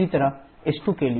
इसी तरह s2 के लिए s2s9